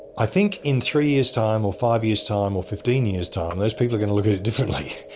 i think in three years' time, or five years' time, or fifteen years' time, those people are going to look at it differently.